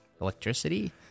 electricity